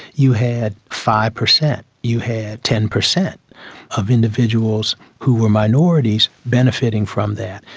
you had five percent, you had ten percent of individuals who were minorities benefiting from that.